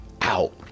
out